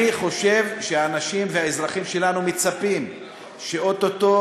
אני חושב שהאנשים והאזרחים שלנו מצפים שאו-טו-טו